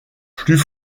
plus